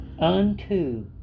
unto